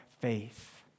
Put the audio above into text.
faith